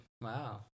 Wow